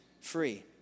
free